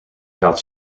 gaat